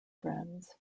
friends